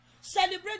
celebrate